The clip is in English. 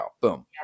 Boom